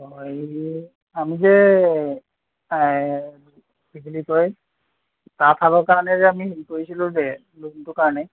অঁ এই আমি যে কি বুলি কয় তাঁতশালৰ কাৰণে যে আমি হেৰি কৰিছিলোঁ যে লোনটোৰ কাৰণে